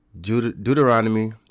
Deuteronomy